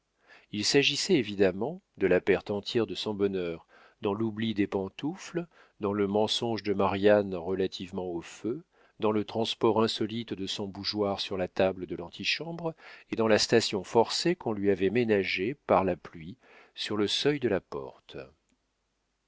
il s'agissait évidemment de la perte entière de son bonheur dans l'oubli des pantoufles dans le mensonge de marianne relativement au feu dans le transport insolite de son bougeoir sur la table de l'antichambre et dans la station forcée qu'on lui avait ménagée par la pluie sur le seuil de la porte